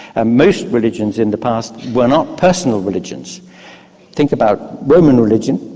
ah most religions in the past were not personal religions think about roman religion,